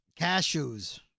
Cashews